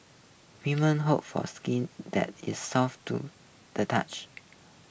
women hope for skin that is soft to the touch